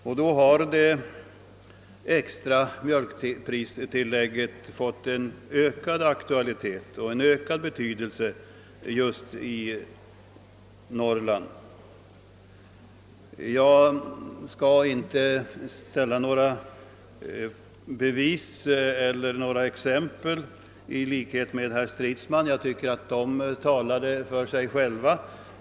Därmed har det extra mjölkpristillägget fått ökad aktualitet och betydelse just i Norrland. Jag skall inte anföra några exempel såsom bevis — jag tycker att de exempel som herr Stridsman anförde är vältaliga.